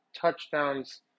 touchdowns